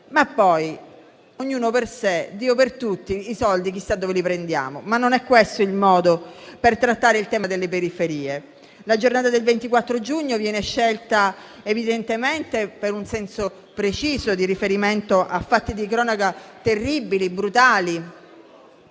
ma poi ognuno per sé, Dio per tutti e i soldi chissà dove li prendiamo; non è questo il modo per trattare il tema delle periferie. La giornata del 24 giugno viene scelta, evidentemente, per un senso preciso di riferimento a fatti di cronaca terribili e brutali